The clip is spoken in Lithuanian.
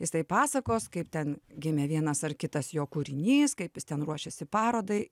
jis tai pasakos kaip ten gimė vienas ar kitas jo kūrinys kaip jis ten ruošėsi parodai